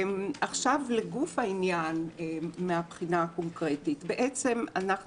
לגוף העניין מן הבחינה הקונקרטית: בעצם אנחנו